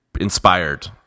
inspired